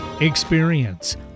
experience